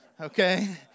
okay